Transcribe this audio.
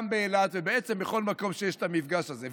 באילת ובעצם בכל מקום שיש בהם מפגש כזה.